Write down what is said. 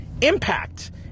impact